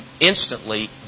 instantly